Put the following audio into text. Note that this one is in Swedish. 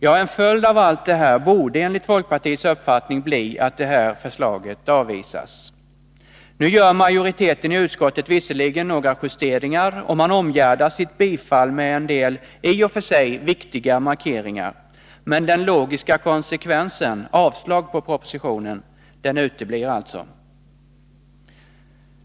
Ja, en följd av allt detta borde, enligt folkpartiets uppfattning, bli att det här förslaget avvisas. Nu gör majoriteten i utskottet visserligen några justeringar, och man omgärdar sitt bifall med en del i och för sig viktiga markeringar, men den logiska konsekvensen, avslag på propositionen, uteblir alltså.